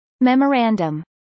Memorandum